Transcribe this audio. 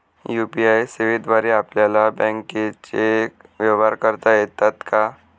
UPI सेवेद्वारे आपल्याला बँकचे व्यवहार करता येतात का?